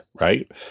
right